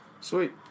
sweet